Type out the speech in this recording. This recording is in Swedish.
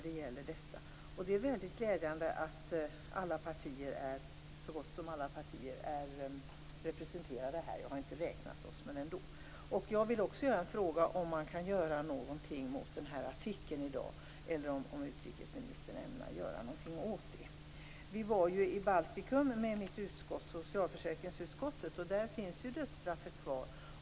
Det är väldigt glädjande att så gott som alla partier är representerade här. Jag har inte räknat oss. Socialförsäkringsutskottet var ju i Baltikum, och där finns ju dödsstraffet kvar.